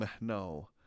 No